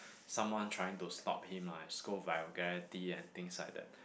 someone trying to stop him lah and scold vulgarity and things like that